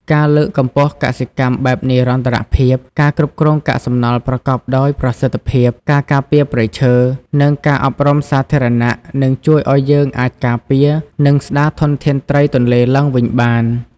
ការលើកកម្ពស់កសិកម្មបែបនិរន្តរភាព ការគ្រប់គ្រងកាកសំណល់ប្រកបដោយប្រសិទ្ធភាព ការការពារព្រៃឈើ និងការអប់រំសាធារណៈ នឹងជួយឱ្យយើងអាចការពារ និងស្តារធនធានត្រីទន្លេឡើងវិញបាន។